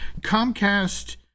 Comcast